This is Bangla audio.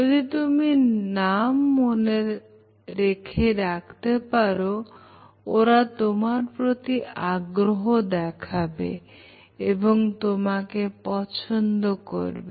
যদি তুমি নাম মনে রেখে ডাকতে পারো ওরা তোমার প্রতি আগ্রহ দেখাবে এবং তোমাকে পছন্দ করবে